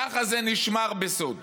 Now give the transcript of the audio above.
ככה זה נשמר בסוד.